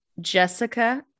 Jessica